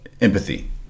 empathy